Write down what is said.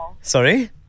Sorry